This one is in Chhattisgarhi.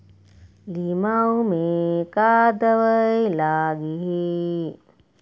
लिमाऊ मे का दवई लागिही?